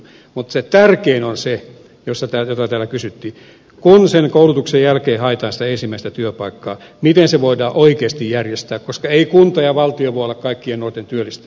mutta se tärkein on se jota täällä kysyttiin että kun sen koulutuksen jälkeen haetaan sitä ensimmäistä työpaikkaa miten se voidaan oikeasti järjestää koska eivät kunta ja valtio voi olla kaikkien nuorten työllistäjä